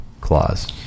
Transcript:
clause